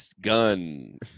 Gun